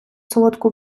солодку